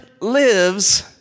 lives